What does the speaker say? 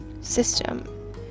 system